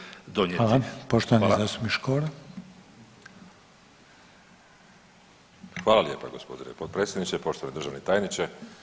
Hvala lijepa gospodine potpredsjedniče, poštovani državni tajniče.